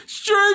Straight